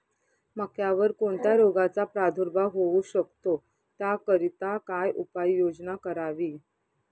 मक्यावर कोणत्या रोगाचा प्रादुर्भाव होऊ शकतो? त्याकरिता काय उपाययोजना करावी?